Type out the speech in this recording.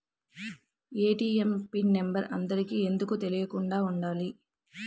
ATM PIN number అందరికి ఎందుకు తెలియకుండా ఉండాలి?